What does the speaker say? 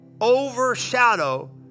overshadow